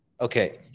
Okay